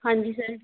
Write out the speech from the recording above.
ਹਾਂਜੀ ਸਰ